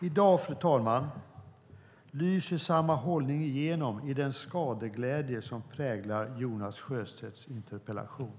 I dag, fru talman, lyser samma hållning igenom i den skadeglädje som präglar Jonas Sjöstedts interpellation.